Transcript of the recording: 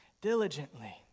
diligently